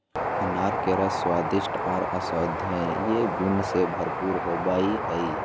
अनार के रस स्वादिष्ट आर औषधीय गुण से भरपूर होवई हई